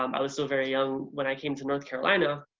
um i was so very young when i came to north carolina,